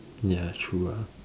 ya true ah